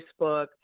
Facebook